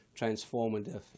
transformative